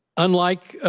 unlike